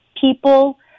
people